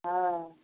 हँ